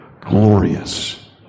Glorious